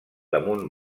damunt